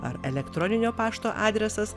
ar elektroninio pašto adresas